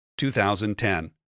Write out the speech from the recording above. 2010